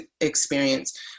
experience